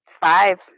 Five